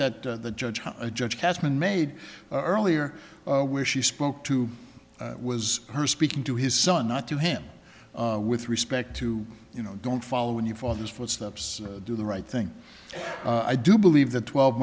that the judge a judge has been made earlier where she spoke to was her speaking to his son not to him with respect to you know don't follow in your father's footsteps do the right thing i do believe that twelve